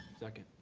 second.